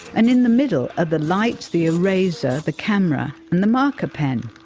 and in the middle are the lights, the eraser, the camera and the marker pen.